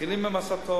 מתחילים עם הסתות,